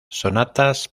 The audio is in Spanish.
sonatas